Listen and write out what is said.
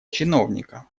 чиновника